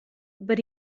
but